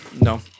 no